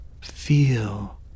Feel